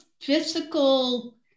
physical